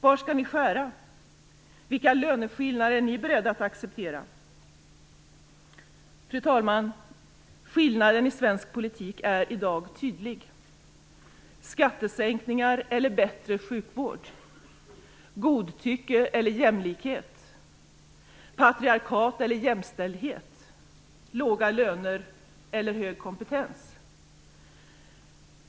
Var skall ni skära? Vilka löneskillnader är ni beredda att acceptera? Fru talman! Skillnaden i svensk politik är i dag tydlig. Det gäller skattesänkningar eller bättre sjukvård, godtycke eller jämlikhet, patriarkat eller jämställdhet och låga löner eller hög kompetens.